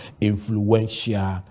influential